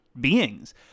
beings